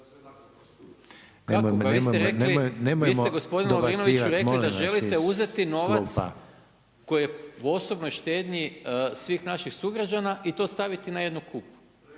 čuje./… vi ste gospodine Lovrinoviću rekli, da želite uzeti novac koje u osobnoj štednji svih naših sugrađana i to staviti na jednu kupu.